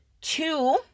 Two